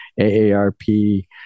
aarp